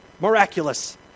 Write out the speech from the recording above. miraculous